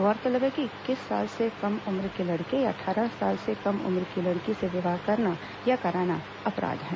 गौरतलब है कि इक्कीस साल से कम उम्र के लड़के या अट्ठारह साल से कम उम्र की लड़की से विवाह करना या कराना अपराध है